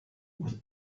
with